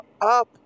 up